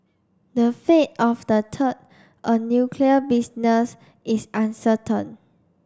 the fate of the third a nuclear business is uncertain